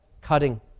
cutting